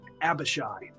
Abishai